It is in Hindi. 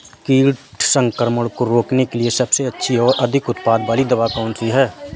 कीट संक्रमण को रोकने के लिए सबसे अच्छी और अधिक उत्पाद वाली दवा कौन सी है?